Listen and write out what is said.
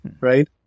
right